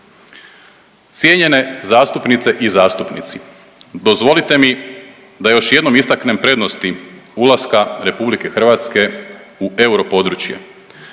Cijenjene zastupnice i zastupnici, dozvolite mi da još jednom istaknem prednosti ulaska RH u europodručje.